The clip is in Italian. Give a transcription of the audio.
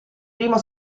primo